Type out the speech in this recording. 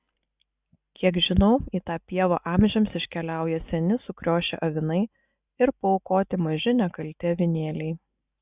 kiek žinau į tą pievą amžiams iškeliauja seni sukriošę avinai ir paaukoti maži nekalti avinėliai